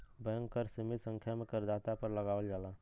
bank कर सीमित संख्या में करदाता पर लगावल जाला